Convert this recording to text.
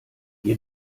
ihr